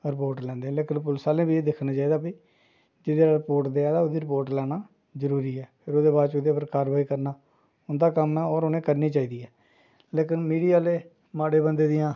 report लांदे लेकिन पुलस आहलें बी एह् दिक्खना चाहिदी भाई कि जेह्ड़ा रपोर्ट देआ दा ओह्दी रपोर्ट लैना जरूरी ऐ फिर ओह्दे बाद ओह्दे पर कारवाई करना उं'दा कम्म ऐ होर उ'नें करनी चाहिदी ऐ लेकिन मीडिया आह्ले माड़े बंदे दियां